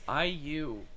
IU